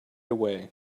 away